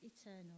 eternal